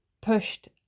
pushed